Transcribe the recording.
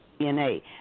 DNA